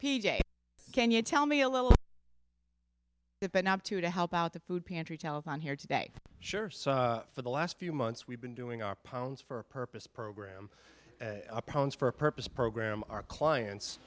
j can you tell me a little it but now to to help out the food pantry telethon here today sure so for the last few months we've been doing our pounds for a purpose program pounds for a purpose program our clients